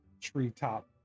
treetop